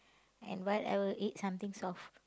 and what I will eat something soft